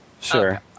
Sure